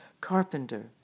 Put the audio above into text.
carpenter